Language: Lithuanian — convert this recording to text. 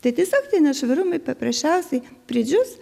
tai tiesiog tie nešvarumai paprasčiausiai pridžius